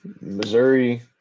Missouri